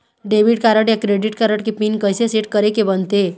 Debit card या credit card के PIN कइसे सेट करे के बनते?